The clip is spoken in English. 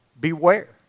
Beware